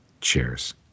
Cheers